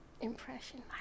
Impression